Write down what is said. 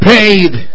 Paid